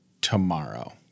tomorrow